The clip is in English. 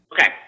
okay